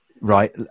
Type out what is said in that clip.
right